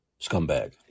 scumbag